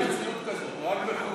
אין בארץ מציאות כזאת, רק בחו"ל.